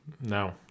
No